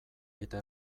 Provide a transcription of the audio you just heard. eta